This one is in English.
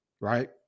right